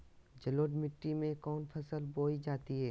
जलोढ़ मिट्टी में कौन फसल बोई जाती हैं?